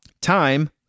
Time